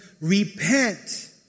Repent